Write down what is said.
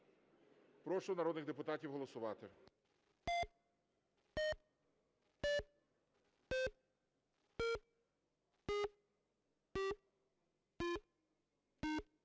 Прошу народних депутатів голосувати.